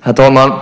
Herr talman!